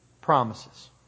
promises